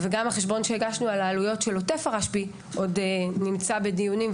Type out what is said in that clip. גם החשבון שהגשנו על העלויות של עוטף הרשב"י עוד נמצא בדיונים,